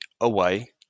away